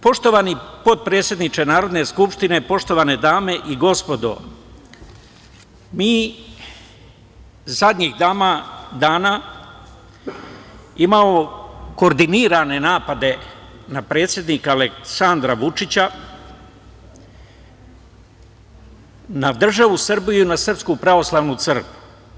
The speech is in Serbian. Poštovani potpredsedniče Narodne skupštine, poštovane dame i gospodo, mi zadnjih dana imamo koordinirane napade na predsednika Aleksandra Vučića, na državu Srbiju i na SPC.